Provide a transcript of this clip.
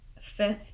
fifth